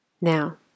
Now